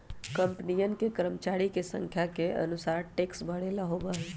कंपनियन के कर्मचरिया के संख्या के अनुसार टैक्स भरे ला होबा हई